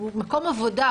הוא מקום עבודה,